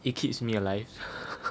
it keeps me alive